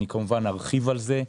אני כמובן ארחיב על זה.